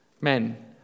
Men